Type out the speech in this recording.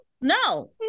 No